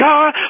God